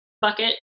bucket